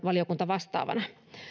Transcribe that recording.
valiokuntavastaavana